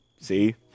See